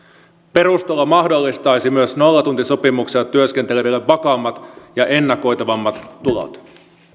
perustulo mahdollistaisi myös nollatuntisopimuksella työskenteleville vakaammat ja ennakoitavammat tulot